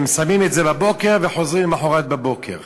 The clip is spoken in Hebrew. הם שמים את זה בבוקר וחוזרים למחרת בבוקר.